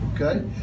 okay